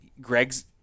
Greg's